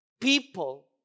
people